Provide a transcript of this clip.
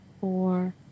four